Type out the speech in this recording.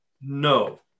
No